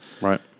Right